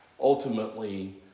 ultimately